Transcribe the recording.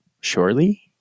Surely